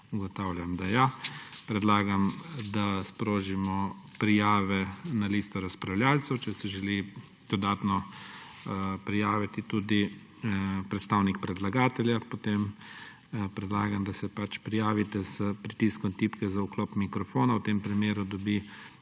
Ugotavljam, da ja. Predlagam, da sprožimo prijave na listo razpravljavcev. Če se želi dodatno prijaviti tudi predstavnik predlagatelja, potem predlagam, da se pač prijavite s pritiskom tipke za vklop mikrofona. V tem primeru dobi predstavnik